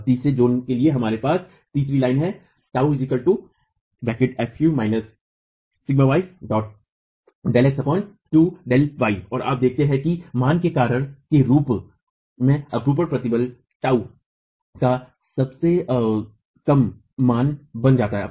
और तीसरे जोन के लिए हमारे पास तीसरी लाइन है और आप देखते हैं कि मान के कार्य के रूप में अपरूपण प्रतिबल τ टाऊ का सबसे कम मान बन जाता है